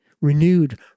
renewed